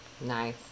Nice